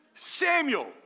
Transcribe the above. Samuel